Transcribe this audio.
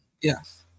yes